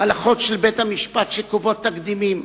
הלכות של בית-המשפט שקובעות תקדימים.